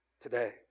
today